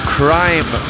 crime